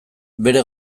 bere